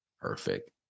Perfect